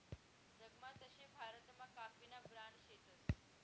जगमा तशे भारतमा काफीना ब्रांड शेतस